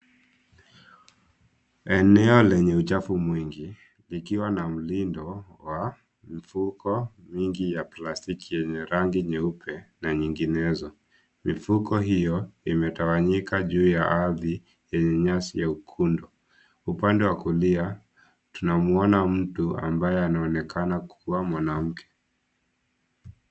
Eneo lenye uchafu mwingi likiwa na mlindo ya mfuko mingi ya plastiki yenye rangi nyeupe na nyinginezo. Mifuko hiyo imetawanyika juu ya ardhi yenye nyasi ya ukundu. Upande wa kulia tunamuona mtu ambaye anaonekana kuwa mwanamke.